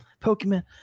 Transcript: Pokemon